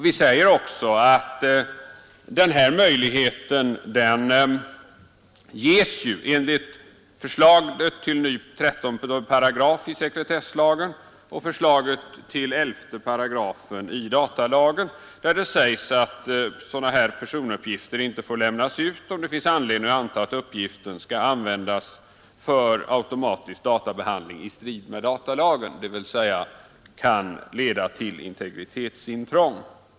Vi säger också att möjligheter att vägra att lämna ut magnetband ges enligt förslaget till 13 § sekretesslagen och 11 § datalagen, där det sägs att personuppgift som ingår i personregister ej får lämnas ut, om det finns anledning anta att uppgiften skall användas för automatisk databehandling i strid med datalagen — dvs. kan leda till integritetsintrång.